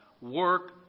work